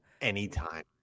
Anytime